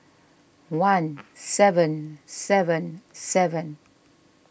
one seven seven seven